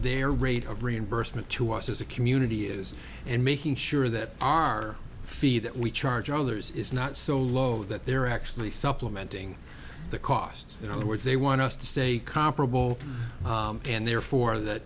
they are great reimbursement to us as a community is and making sure that our fee that we charge others is not so low that they're actually supplementing the cost in other words they want us to stay comparable and therefore that